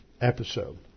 episode